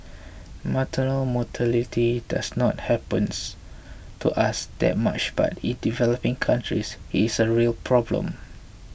maternal mortality does not happens to us that much but in developing countries it's a real problem